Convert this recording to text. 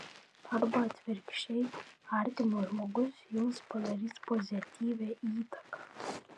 arba atvirkščiai artimas žmogus jums padarys pozityvią įtaką